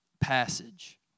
passage